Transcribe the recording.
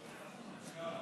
בבקשה,